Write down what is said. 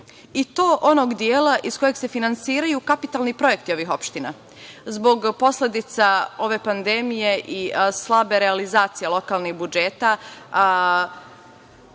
i to onog dela iz kog se finansiraju kapitalni projekti ovih opština. Zbog posledica ove pandemije i slabe realizacije lokalnih budžeta